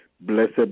Blessed